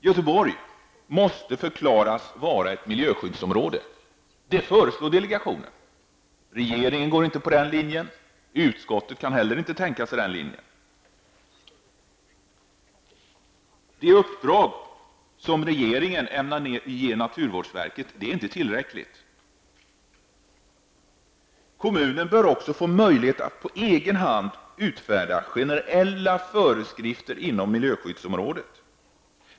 Göteborg måste förklaras vara miljöskyddsområde på det sätt som delegationen föreslår. Regeringen går inte på den linjen, och utskottet kan heller inte tänka sig den. Det uppdrag som regeringen senare ämnar ge naturvårdsverket är inte tillräckligt. Kommunen bör vidare få möjlighet att på egen hand utfärda generella föreskrifter inom miljöskyddsområdet.